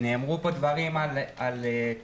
נאמרו פה דברים על כמה